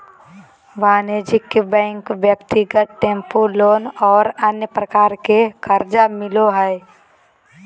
वाणिज्यिक बैंक ब्यक्तिगत tempo loan और अन्य प्रकार के कर्जा मिलो हइ